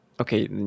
Okay